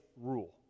rule